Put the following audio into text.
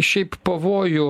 šiaip pavojų